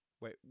Wait